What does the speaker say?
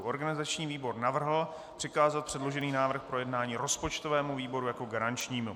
Organizační výbor navrhl přikázat předložený návrh k projednání rozpočtovému výboru jako výboru garančnímu.